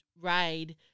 ride